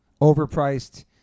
overpriced